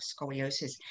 scoliosis